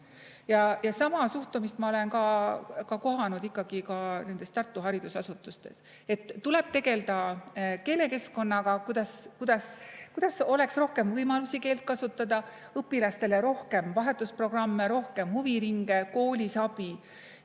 Ja sama suhtumist ma olen ka kohanud Tartu haridusasutustes. Tuleb tegelda keelekeskkonnaga, kuidas oleks rohkem võimalusi keelt kasutada, õpilastele rohkem vahetusprogramme, rohkem huviringe, koolis abi.